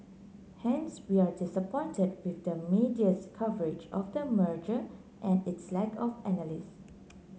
hence we are disappointed with the media's coverage of the merger and its lack of analysis